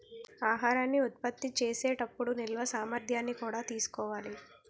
ఆహారాన్ని ఉత్పత్తి చేసే టప్పుడు నిల్వ సామర్థ్యాన్ని కూడా తెలుసుకోవాలి